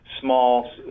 small